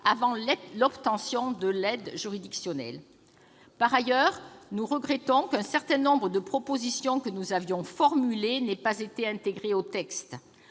avant l'obtention de l'aide juridictionnelle. De plus, nous regrettons qu'un certain nombre de propositions que nous avions formulées n'aient pas été inscrites dans ces